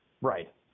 Right